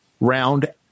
round